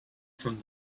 from